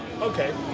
Okay